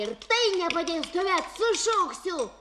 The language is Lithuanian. ir tai nepadės tuomet sušauksiu